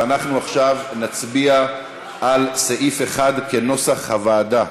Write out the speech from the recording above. אנחנו עכשיו נצביע על סעיף 1, כנוסח הוועדה.